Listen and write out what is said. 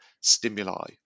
stimuli